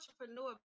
entrepreneur